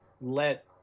let